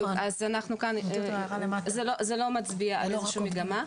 זה לא מצביע על איזושהי מגמה.